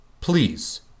Please